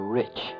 rich